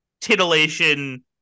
titillation